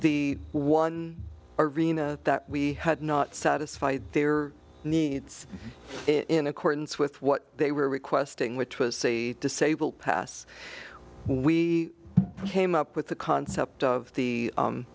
the one arena that we had not satisfy their needs in accordance with what they were requesting which was a disabled pass we came up with the concept of the